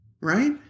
right